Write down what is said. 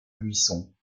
buisson